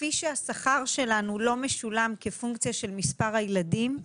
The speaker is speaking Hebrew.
כפי שהשכר שלנו לא משולם כפונקציה של מספר הילדים,